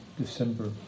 December